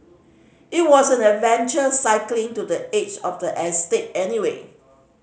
it was an adventure cycling to the edge of the estate anyway